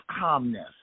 calmness